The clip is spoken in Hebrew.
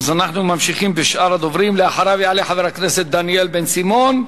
אנחנו ממשיכים בשאר הדוברים: אחריו יעלה חבר הכנסת דניאל בן-סימון.